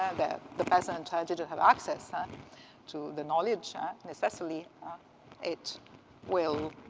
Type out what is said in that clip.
and the peasant ah didn't have access um to the knowledge necessarily. it will